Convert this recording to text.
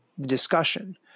discussion